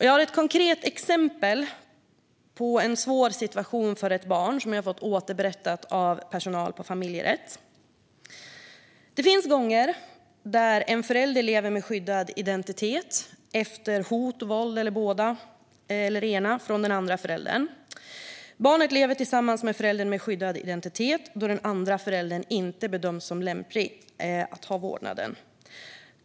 Jag har ett konkret exempel på en svår situation för ett barn som jag har fått återberättat av personal på en familjerätt. Det finns gånger då en förälder lever med skyddad identitet efter hot eller våld eller båda från den andra föräldern. Barnet lever tillsammans med föräldern med skyddad identitet, då den andra föräldern inte bedömts som lämplig att ha vårdnaden.